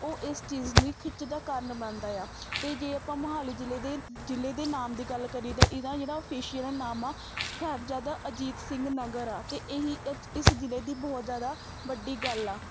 ਉਹ ਇਸ ਚੀਜ਼ ਦੀ ਖਿੱਚ ਦਾ ਕਾਰਨ ਬਣਦਾ ਆ ਅਤੇ ਜੇ ਆਪਾਂ ਮੋਹਾਲੀ ਜ਼ਿਲ੍ਹੇ ਦੇ ਜ਼ਿਲ੍ਹੇ ਦੇ ਨਾਮ ਦੀ ਗੱਲ ਕਰੀਏ ਤਾਂ ਇਹਦਾ ਜਿਹੜਾ ਫੇਸ਼ੀਅਲ ਨਾਮ ਆ ਸਾਹਿਬਜਾਦਾ ਅਜੀਤ ਸਿੰਘ ਨਗਰ ਆ ਅਤੇ ਇਹੀ ਇਸ ਜ਼ਿਲ੍ਹੇ ਦੀ ਬਹੁਤ ਜ਼ਿਆਦਾ ਵੱਡੀ ਗੱਲ ਆ